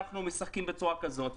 אנחנו משחקים בצורה כזאת.